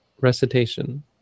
recitation